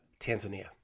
Tanzania